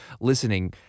listening